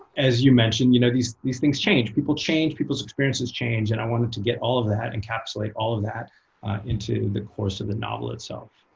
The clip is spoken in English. as you mentioned, you know these these things change. people change. people's experiences change. and i wanted to get all of that, encapsulate all of that into the course of the novel itself.